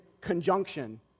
conjunction